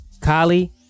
Kali